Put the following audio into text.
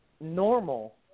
normal